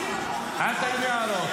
אל תגיד לי הלו.